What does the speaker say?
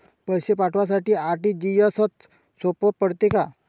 पैसे पाठवासाठी आर.टी.जी.एसचं सोप पडते का?